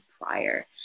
prior